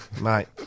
mate